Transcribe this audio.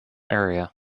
area